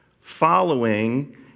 following